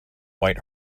white